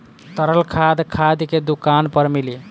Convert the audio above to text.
तरल खाद खाद के दुकान पर मिली